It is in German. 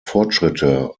fortschritte